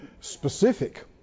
Specific